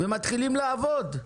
מתחילים לעבוד,